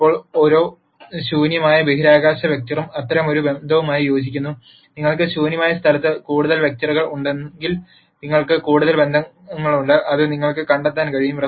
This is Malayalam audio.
ഇപ്പോൾ ഓരോ ശൂന്യമായ ബഹിരാകാശ വെക്റ്ററും അത്തരമൊരു ബന്ധവുമായി യോജിക്കുന്നു നിങ്ങൾക്ക് ശൂന്യമായ സ്ഥലത്ത് കൂടുതൽ വെക്റ്ററുകൾ ഉണ്ടെങ്കിൽ നിങ്ങൾക്ക് കൂടുതൽ ബന്ധങ്ങളുണ്ട് അത് നിങ്ങൾക്ക് കണ്ടെത്താൻ കഴിയും